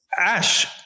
Ash